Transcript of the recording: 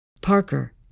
Parker